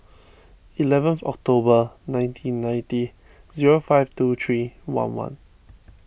eleventh October nineteen ninety zero five two three one one